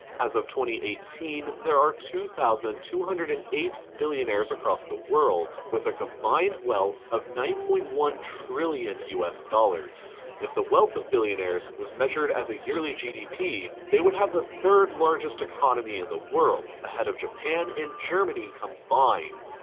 as of two thousand eighteen, there are two thousand two hundred and eight billionaires across the world, with a combined wealth of nine point one trillion u s dollars. if the wealth of billionaires was measured as a yearly gdp, they would have the third largest economy in the world, ahead of japan and germany combined.